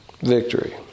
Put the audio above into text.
Victory